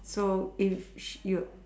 so is she you